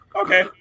okay